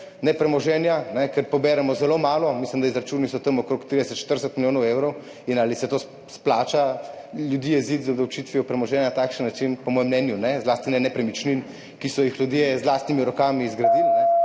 nepremoženja, ker poberemo zelo malo, mislim, da so izračuni tam okrog 30, 40 milijonov evrov. Ali se splača ljudi jeziti z obdavčitvijo premoženja na takšen način? Po mojem mnenju ne, zlasti ne nepremičnin, ki so jih ljudje z lastnimi rokami zgradili.